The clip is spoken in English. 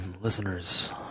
listeners